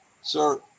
Sir